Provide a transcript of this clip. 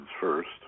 first